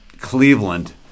Cleveland